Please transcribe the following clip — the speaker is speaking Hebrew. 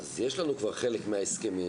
כבר יש לנו חלק מההסכמים,